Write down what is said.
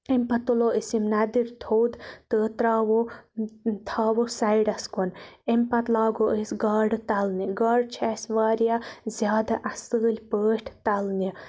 امہِ پَتہٕ تُلو أسۍ یِم نَدٕرۍ تھوٚد تہٕ ترٛاوو تھاوو سایڈَس کُن امہِ پَتہٕ لاگو أسۍ گاڈٕ تَلنہِ گاڈٕ چھِ اَسہِ واریاہ زیادٕ اصل پٲٹھۍ تَلنہِ